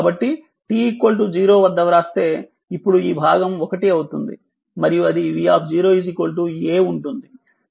కాబట్టి t 0 వద్ద వ్రాస్తే ఇప్పుడు ఈ భాగం 1 అవుతుంది మరియు అది v A ఉంటుంది